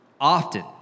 often